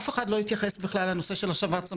אף אחד לא התייחס בכלל לנושא של השבץ המוחי.